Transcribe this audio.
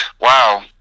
Wow